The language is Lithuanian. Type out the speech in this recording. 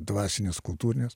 dvasines kultūrines